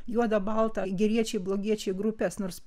juoda balta geriečiai blogiečiai grupes nors